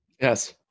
Yes